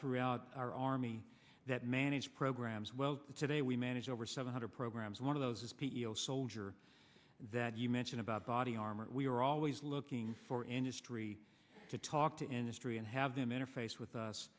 throughout our army that manage programs well today we manage over seven hundred programs one of those is p e o soldier that you mentioned about body armor we are always looking for industry to talk to industry and have them interface with us